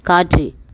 காட்சி